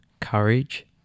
courage